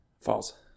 False